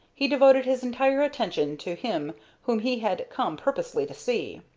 he devoted his entire attention to him whom he had come purposely to see.